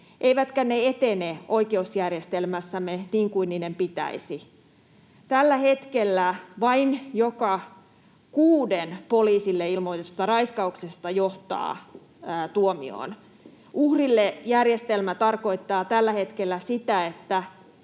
eivätkä ne etene oikeusjärjestelmässämme niin kuin niiden pitäisi. Tällä hetkellä vain joka kuudes poliisille ilmoitetusta raiskauksesta johtaa tuomioon. Uhrille järjestelmä tarkoittaa tällä hetkellä sitä, että